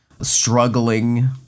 struggling